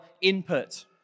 input